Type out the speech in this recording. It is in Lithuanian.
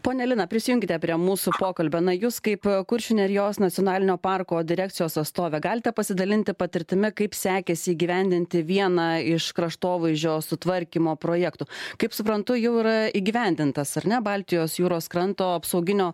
ponia lina prisijunkite prie mūsų pokalbio na jūs kaip kuršių nerijos nacionalinio parko direkcijos atstovė galite pasidalinti patirtimi kaip sekėsi įgyvendinti vieną iš kraštovaizdžio sutvarkymo projektų kaip suprantu jau yra įgyvendintas ar ne baltijos jūros kranto apsauginio